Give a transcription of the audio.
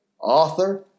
author